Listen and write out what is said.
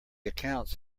accounts